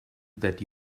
that